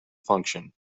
function